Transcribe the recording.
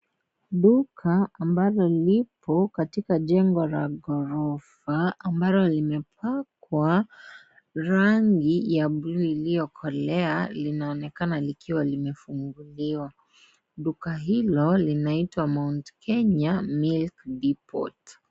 Duka ambalo lipo katika jengo la ghorofa ambalo limepakwa rangi ya bluu iliyokolea inaonekana likiwa limefunguliwa. Duka hilo linaitwa Mt Kenya milk Depot.